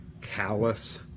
callous